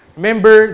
Remember